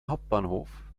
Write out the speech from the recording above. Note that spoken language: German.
hauptbahnhof